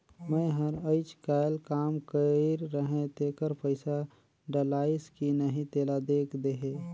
मै हर अईचकायल काम कइर रहें तेकर पइसा डलाईस कि नहीं तेला देख देहे?